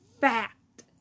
fact